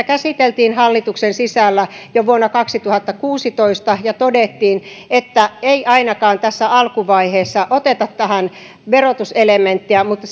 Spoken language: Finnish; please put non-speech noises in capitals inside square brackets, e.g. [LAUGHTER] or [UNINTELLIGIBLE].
[UNINTELLIGIBLE] käsiteltiin hallituksen sisällä jo vuonna kaksituhattakuusitoista ja todettiin että ei ainakaan tässä alkuvaiheessa oteta tähän verotuselementtiä mutta [UNINTELLIGIBLE]